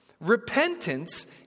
Repentance